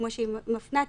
כמו שהיא מפנה,